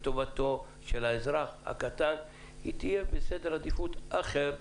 וטובתו של האזרח הקטן תהיה בסדר עדיפות אחר.